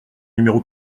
numéro